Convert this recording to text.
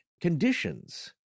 conditions